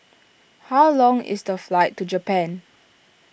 how long is the flight to Japan